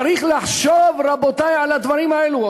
צריך לחשוב, רבותי, על הדברים האלה.